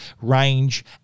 range